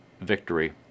victory